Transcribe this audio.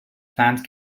plant